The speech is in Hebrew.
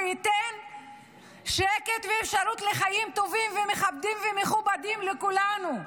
שייתן שקט ואפשרות לחיים טובים ומכבדים ומכובדים לכולנו,